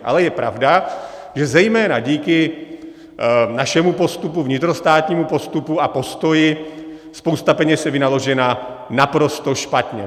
Ale je pravda, že zejména díky našemu postupu, vnitrostátnímu postupu a postoji spousta peněz je vynaložena naprosto špatně.